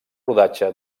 rodatge